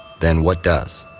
then what does?